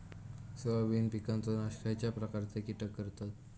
Soybean पिकांचो नाश खयच्या प्रकारचे कीटक करतत?